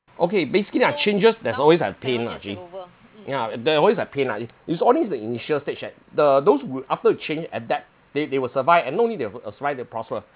okay basically ah changes there's always have pain lah jay ya there are always like pain lah it is only the initial stage at the those who after a change adapt they they will survive and normally they will apply to prosper